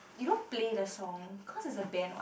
you don't play the song cause it's a band what